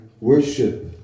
worship